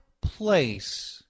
place